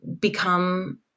become